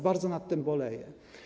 Bardzo nad tym boleję.